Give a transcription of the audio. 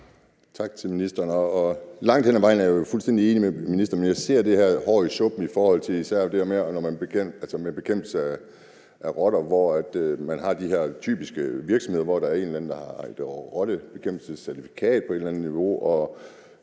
Tak til ministeren. Langt hen ad vejen er jeg jo fuldstændig enig med ministeren, men jeg ser det her hår i suppen i forhold til især det her med bekæmpelse af rotter. Her har man typisk nogle virksomheder, hvor der er en eller anden, der har et rottebekæmpelsescertifikat på et eller andet niveau, og